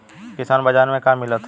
किसान बाजार मे का मिलत हव?